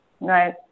Right